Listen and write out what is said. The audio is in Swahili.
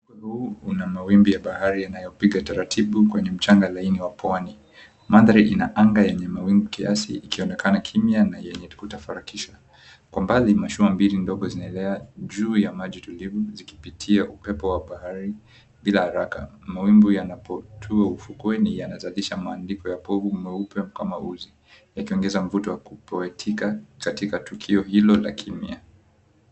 Upepo huu una mawimbi ya bahari inayopiga taratibu kwenye mchanga laini wa pwani. Mandhari ina anga yenye mawingu kiasi ikionekana kimya na yenye kutafarakisha. Kwa mbali mashua mbili ndogo zinaelea juu ya maji tulivu zikipitia upepo wa baharini bila haraka. Mawingu yanapotua ufukweni yanazalisha mawingu ya mapovu mweupe kama uzi. Yakiongeza mvuto wa kupoetika katika tukio hilo la kimya.